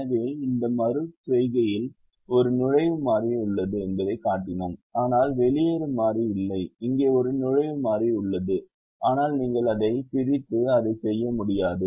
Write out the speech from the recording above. எனவே இந்த மறு செய்கையில் ஒரு நுழைவு மாறி உள்ளது என்பதைக் காட்டினோம் ஆனால் வெளியேறும் மாறி இல்லை இங்கே ஒரு நுழைவு மாறி உள்ளது ஆனால் நீங்கள் அதைப் பிரித்து அதைச் செய்ய முடியாது